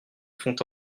fond